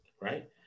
right